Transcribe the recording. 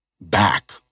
back